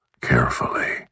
carefully